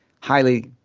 highly